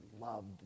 loved